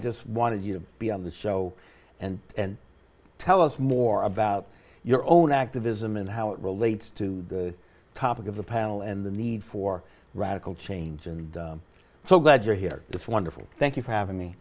just wanted you to be on the show and tell us more about your own activism and how it relates to the topic of the panel and the need for radical change and so glad you're here it's wonderful thank you for having me